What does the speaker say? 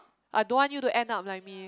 I don't want you to end up like me